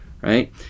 right